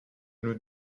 nous